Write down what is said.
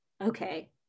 okay